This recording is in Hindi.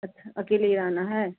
अच्छा अकेले आना है